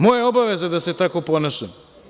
Moja je obaveza da se tako ponašam.